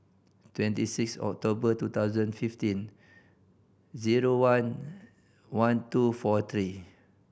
twenty six October two thousand fifteen zero one one two four three